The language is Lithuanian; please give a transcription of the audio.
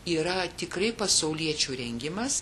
yra tikrai pasauliečių rengimas